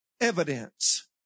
evidence